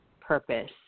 purpose